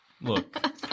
Look